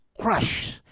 crush